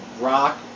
Rock